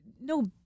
no